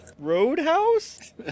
Roadhouse